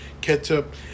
ketchup